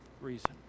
reason